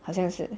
好像是